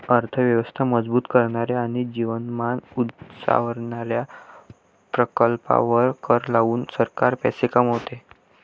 अर्थ व्यवस्था मजबूत करणाऱ्या आणि जीवनमान उंचावणाऱ्या प्रकल्पांवर कर लावून सरकार पैसे कमवते